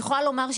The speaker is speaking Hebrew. אני יכולה לומר,